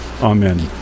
Amen